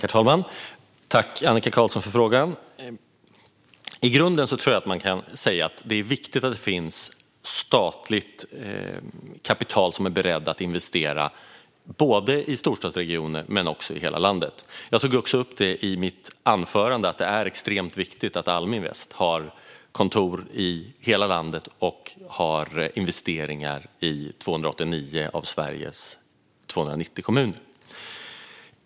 Herr talman! Tack, Annika Qarlsson, för frågan! I grunden kan man säga att det är viktigt att det finns statligt kapital som är berett att investera både i storstadsregioner och i hela landet. Jag tog också upp i mitt anförande att det är extremt viktigt att Almi Invest har kontor i hela landet och investeringar i 289 av Sveriges 290 kommuner.